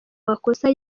makosa